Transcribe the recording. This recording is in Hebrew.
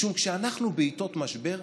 משום שכשאנחנו בעיתות משבר,